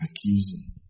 Accusing